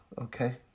Okay